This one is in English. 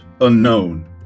unknown